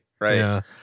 right